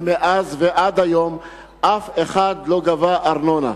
ומאז ועד היום אף אחד לא גבה ארנונה.